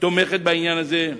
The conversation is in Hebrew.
תומכת בעניין הזה.